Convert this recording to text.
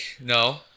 No